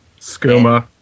Skooma